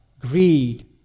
greed